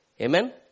Amen